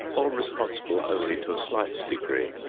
or responsible only to a slight degree.